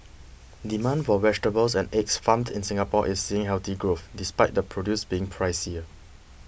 demand for vegetables and eggs farmed in Singapore is seeing healthy growth despite the produce being pricier